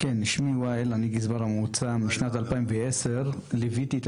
אני גזבר המועצה משנת 2010. ליוויתי את